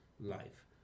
life